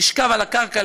לשכב על הקרקע,